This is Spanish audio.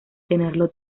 tenerlo